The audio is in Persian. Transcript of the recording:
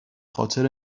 خاطر